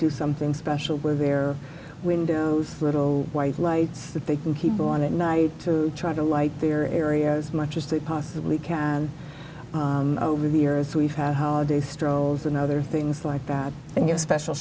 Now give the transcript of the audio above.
do something special where there windows little white lights that they can keep on at night to try to light their area as much as they possibly can and over the years we've had holiday strolls another things like that and your special